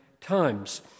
times